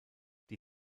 die